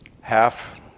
half